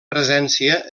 presència